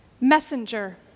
Messenger